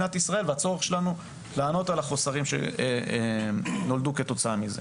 והצורך שלנו לענות על חוסרים שנולדו כתוצאה מזה.